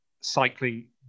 cycling